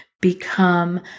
become